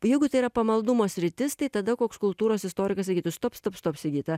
jeigu tai yra pamaldumo sritis tai tada koks kultūros istorikas sakytų stop stop stop sigita